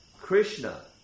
Krishna